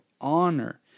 honor